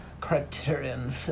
Criterion